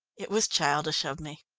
it was childish of me.